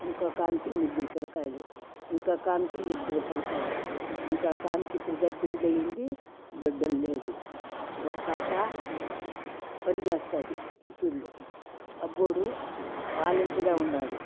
ఇంకొక ఆమెకి ముగ్గురు పిల్లకాయలు ఇంకొక ఆమెకి ఇద్దరు పిల్లకాయలు ఇంకొక ఆమెకి ఇప్పుడుదా పెండ్లి అయ్యింది బిడ్డలు లేదు ఒక పాప పని చేస్తుంది చిత్తూరులో అబ్బోడు వాలెంట్రీగా ఉన్నాడు